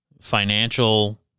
financial